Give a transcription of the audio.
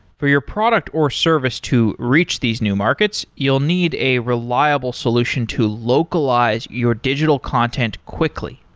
for your product or service to reach these new markets, you'll need a reliable solution to localize your digital content quickly.